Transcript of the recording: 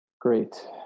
great